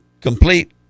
complete